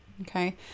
okay